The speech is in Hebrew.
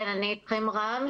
כן, אני אתכם רם.